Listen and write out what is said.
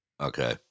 Okay